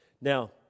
Now